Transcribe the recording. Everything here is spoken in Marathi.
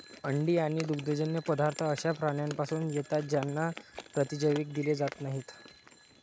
अंडी आणि दुग्धजन्य पदार्थ अशा प्राण्यांपासून येतात ज्यांना प्रतिजैविक दिले जात नाहीत